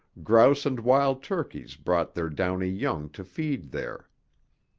grouse and wild turkeys brought their downy young to feed there.